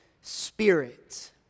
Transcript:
spirit